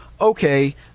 okay